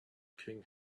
king